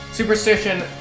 Superstition